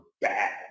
bad